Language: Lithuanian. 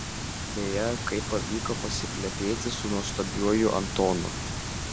beje kaip pavyko pasiplepėti su nuostabiuoju antonu